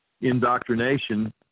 indoctrination